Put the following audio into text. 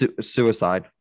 suicide